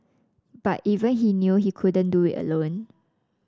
but even he knew he couldn't do it alone